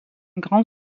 grand